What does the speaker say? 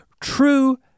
true